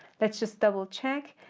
let's just double check,